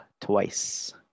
twice